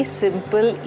simple